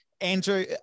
Andrew